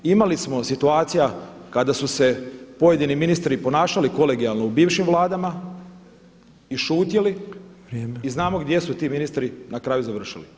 Imali smo situacija kada su se pojedini ministri i ponašali kolegijalno u bivšim Vladama i šutjeli i znamo gdje su ti ministri na kraju završili.